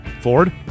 Ford